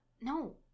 no